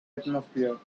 atmosphere